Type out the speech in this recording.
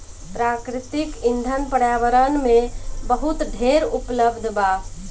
प्राकृतिक ईंधन पर्यावरण में बहुत ढेर उपलब्ध बा